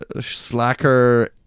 slacker